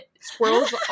squirrels